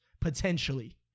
Potentially